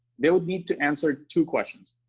they will need to answer two questions.